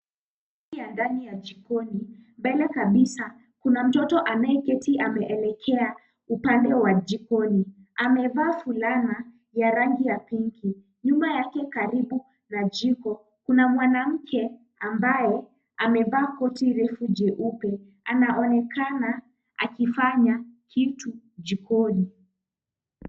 Sehemu ya ndani ya jikoni. Mbele kabisa, kuna mtoto anayeketi ameelekea upande wa jikoni. Amevaa fulana ya rangi ya pinki. Nyuma yake karibu na jiko, kuna mwanamke ambaye amevaa koti refu jeupe. Anaonekana akifanya kitu jikoni.